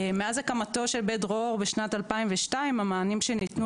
מאז הקמתו של בית דרור בשנת 2002 המענים שניתנו